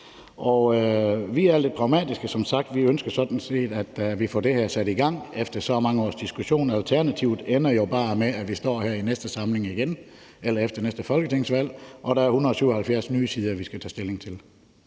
sagt lidt pragmatiske, og vi ønsker sådan set, at vi får det her sat i gang efter så mange års diskussion. Alternativt ender det jo bare med, at vi står her igen efter næste folketingsvalg, og at der er 177 nye sider, vi skal tage stilling til.